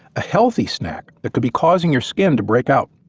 a healthy snack that could be causing your skin to break out.